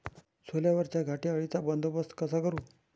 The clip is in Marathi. सोल्यावरच्या घाटे अळीचा बंदोबस्त कसा करू?